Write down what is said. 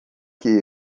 que